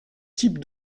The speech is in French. types